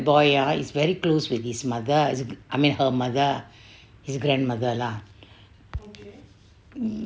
boy ah is very close with his mother I mean her mother his grandmother lah